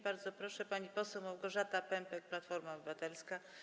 Bardzo proszę, pani poseł Małgorzata Pępek, Platforma Obywatelska.